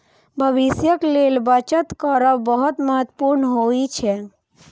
भविष्यक लेल बचत करब बहुत महत्वपूर्ण होइ छै